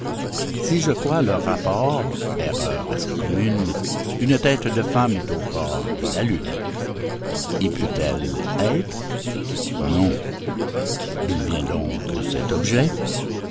si je crois leur rapport erreur assez commune une tête de femme est au corps de la lune y peut-elle être non d'où vient donc cet objet